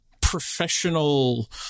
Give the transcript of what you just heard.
professional